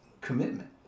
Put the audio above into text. commitment